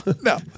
No